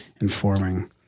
informing